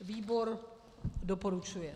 Výbor doporučuje.